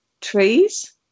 trees